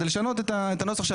לשנות את הנוסח,